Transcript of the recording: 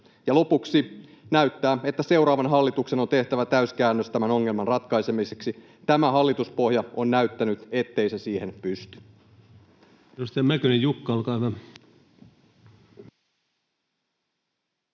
lopuksi: Näyttää, että seuraavan hallituksen on tehtävä täyskäännös tämän ongelman ratkaisemiseksi. Tämä hallituspohja on näyttänyt, ettei se siihen pysty.